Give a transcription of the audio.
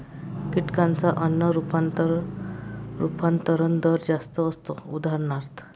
कीटकांचा अन्न रूपांतरण दर जास्त असतो, उदा